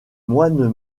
moines